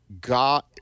God